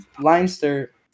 Leinster